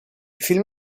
film